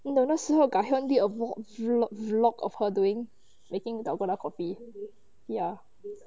你懂那时候 gahyeon did a vlog vlog vlog of her doing making dalgona coffee ya